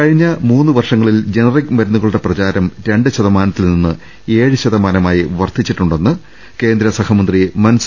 കഴിഞ്ഞ മൂന്ന് വർഷങ്ങളിൽ ജനറിക് മരു ന്നുകളുടെ പ്രചാരം രണ്ട് ശതമാനത്തിൽനിന്ന് ഏഴ് ശതമാനമായി വർധി ച്ചിട്ടുണ്ടെന്ന് മന്ത്രി പറഞ്ഞു